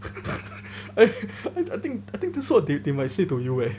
I think I think this is what they might say to you eh